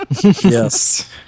Yes